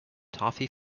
toffee